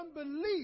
unbelief